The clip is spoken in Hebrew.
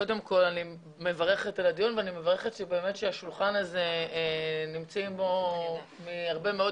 קודם כל אני מברכת על הדיון ואני מברכת שבשולחן הזה נמצאים בו הרבה מאוד